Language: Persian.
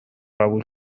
قبول